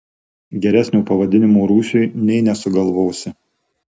geresnio pavadinimo rūsiui nė nesugalvosi